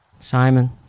Simon